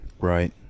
Right